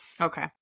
Okay